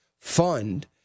fund